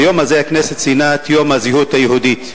היום הזה הכנסת ציינה את יום הזהות היהודית,